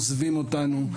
הם עוזבים אותנו,